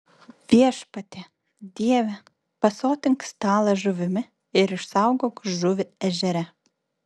viešpatie dieve pasotink stalą žuvimi ir išsaugok žuvį ežere